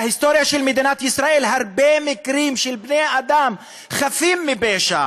בהיסטוריה של מדינת ישראל היו הרבה מקרים של בני-אדם חפים מפשע